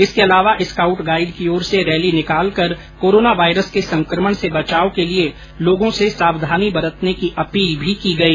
इसके अलावा scout guide की ओर से रैली निकालकर कोरोना वायरस के संक्रमण से बचाव के लिए लोगों से सावधानी बरतने की अपील भी की गई